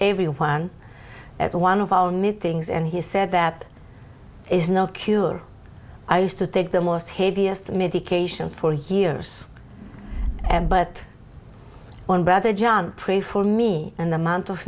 everyone at one of our need things and he said that is not cured i used to take the most heaviest medication for hears and but one brother john pray for me and the month of